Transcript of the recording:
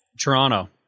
Toronto